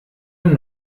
ein